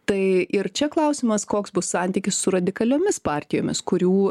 tai ir čia klausimas koks bus santykis su radikaliomis partijomis kurių